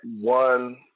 one –